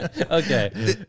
Okay